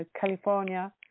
California